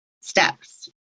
steps